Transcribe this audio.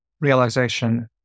realization